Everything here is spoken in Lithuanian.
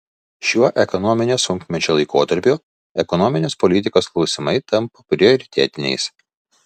šiuo ekonominio sunkmečio laikotarpiu ekonominės politikos klausimai tampa prioritetiniais